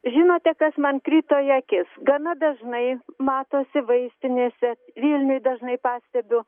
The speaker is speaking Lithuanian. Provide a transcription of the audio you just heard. žinote kas man krito į akis gana dažnai matosi vaistinėse vilniuj dažnai pastebiu